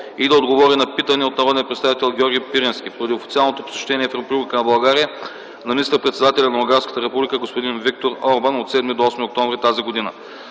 и да отговори на питане от народния представител Георги Пирински поради официалното посещение в Република България на министър-председателя на Унгарската република господин Виктор Орбан от 7 до 8 октомври т.г.